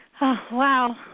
wow